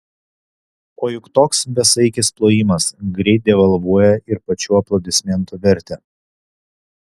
o juk toks besaikis plojimas greit devalvuoja ir pačių aplodismentų vertę